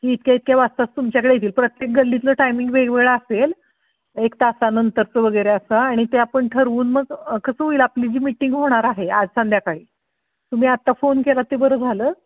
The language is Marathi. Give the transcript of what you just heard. की इतक्या इतक्या वाजताच तुमच्याकडे येतील प्रत्येक गल्लीतलं टायमिंग वेगवेगळा असेल एक तासानंतरचं वगैरे असा आणि ते आपण ठरवून मग कसं होईल आपली जी मीटिंग होणार आहे आज संध्याकाळी तुम्ही आत्ता फोन केलात ते बरं झालं